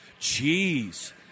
jeez